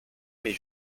mais